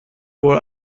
wohl